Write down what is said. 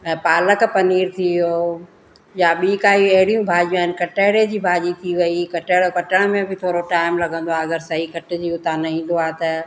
ऐं पालक पनीर थी वियो या ॿी काई अहिड़ियूं भाॼी आहिनि कटर जी भाॼी थी वई कटर कटण में बि थोरो टाइम लॻंदो आहे अगरि सही कटिजी हुतां न ईंदो आहे त